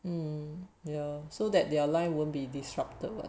um yeah so that their life won't be disrupted [what]